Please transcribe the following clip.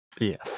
Yes